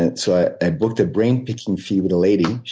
and so i i booked a brain picking fee with the lady.